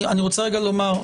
אני רוצה רגע לומר,